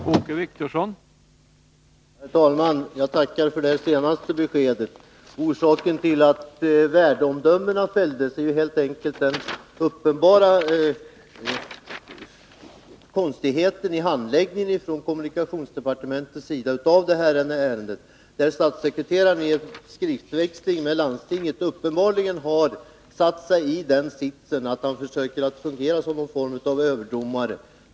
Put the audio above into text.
Herr talman! Jag tackar för det senaste beskedet. Orsaken till att värdeomdömena fälldes är helt enkelt den uppenbara konstigheten i handläggningen av detta ärende inom kommunikationsdepartementet. Statssekreteraren har i en skriftväxling med landstinget uppenbarligen satt sig i den sitsen att han försöker fungera som en form av överdomare.